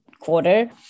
quarter